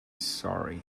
sorry